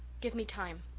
give me time.